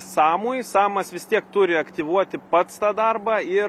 samui samas vis tiek turi aktyvuoti pats tą darbą ir